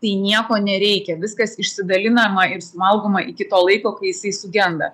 tai nieko nereikia viskas išsidalinama ir suvalgoma iki to laiko kai jisai sugenda